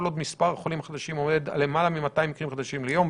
עוד מספר החולים החדשים עומד על למעלה מ-200 חולים חדשים ליום,